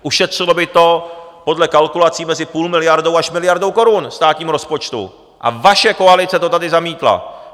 Ušetřilo by to podle kalkulací mezi půl miliardou až miliardou korun státnímu rozpočtu a vaše koalice to tady zamítla!